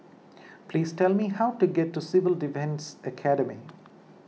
please tell me how to get to Civil Defence Academy